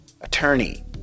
attorney